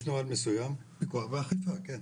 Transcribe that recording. פיקוח ואכיפה, כן.